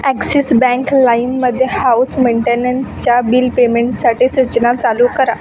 axis bank लाईममध्ये house मेंटेनन्सच्या bill पेमेंटसाठी सूचना चालू करा